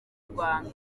rwanda